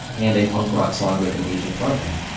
and a punk rock song with an asian frontman.